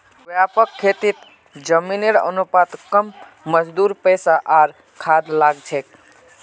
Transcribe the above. व्यापक खेतीत जमीनेर अनुपात कम मजदूर पैसा आर खाद लाग छेक